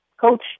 Coach